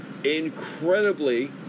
Incredibly